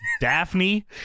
Daphne